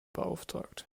beauftragt